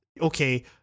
okay